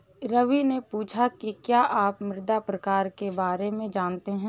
रवि ने पूछा कि क्या आप मृदा प्रकार के बारे में जानते है?